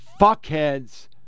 fuckheads